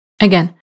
Again